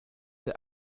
der